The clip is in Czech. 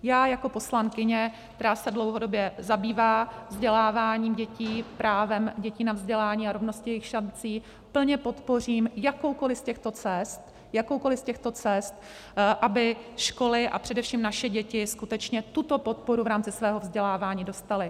Já jako poslankyně, která se dlouhodobě zabývá vzděláváním dětí, právem dětí na vzdělání a rovnost jejich šancí, plně podpořím jakoukoli z těchto cest, jakoukoli z těchto cest, aby školy a především naše děti skutečně tuto podporu v rámci svého vzdělávání dostaly.